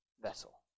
vessel